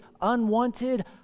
unwanted